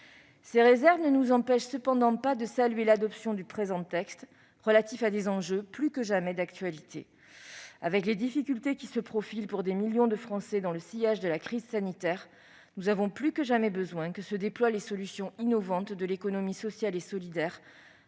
Ces réserves ne nous empêchent pas de saluer l'adoption à venir de ce texte dont les enjeux sont plus que jamais d'actualité. Avec les difficultés qui se profilent pour des millions de Français dans le sillage de la crise sanitaire, nous avons plus que jamais besoin que se déploient les solutions innovantes de l'économie sociale et solidaire,